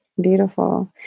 Beautiful